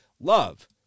Love